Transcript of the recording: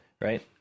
Right